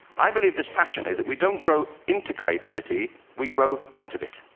i believe this passionately, that we don't grow into creativity, we grow out of it.